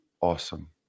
awesome